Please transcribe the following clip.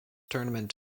tournament